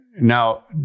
Now